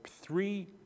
three